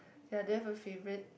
ya do you have a favourite